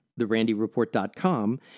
therandyreport.com